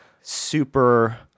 super